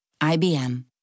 IBM